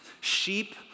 Sheep